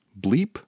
bleep